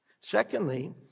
Secondly